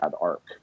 arc